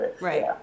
right